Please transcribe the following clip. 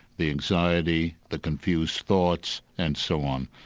the anxiety, the confused thoughts and so on.